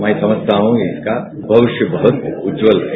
मैं समझता हूं इसका भविष्य बहुत उज्जावल है